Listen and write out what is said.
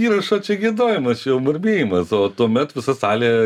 įrašo čia giedojimas čia jau murmėjimas o tuomet visa salė